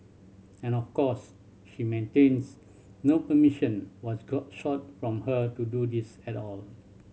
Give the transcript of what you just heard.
and of course she maintains no permission was sought from her to do this at all